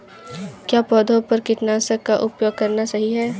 क्या पौधों पर कीटनाशक का उपयोग करना सही है?